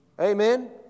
Amen